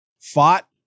fought